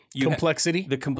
Complexity